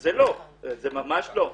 --- וזה לא, ממש לא.